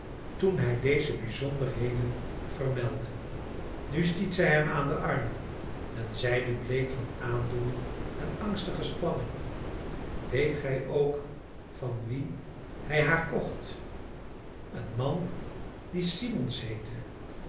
toen hij deze bijzonderheden vermeldde nu stiet zij hem aan den arm en zeide bleek van aandoening en angstige spanning weet gij ook van wien hij haar kocht een man die simmons heette